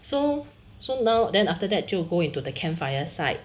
so so now then after that 就 go into the campfire site